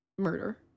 Murder